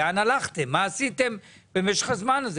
לאן הלכתם ומה עשיתם במשך הזמן הזה?